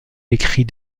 écrit